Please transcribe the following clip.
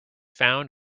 found